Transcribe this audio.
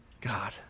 God